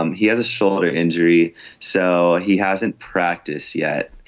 um he has a shoulder injury so he hasn't practice yet.